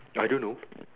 I don't know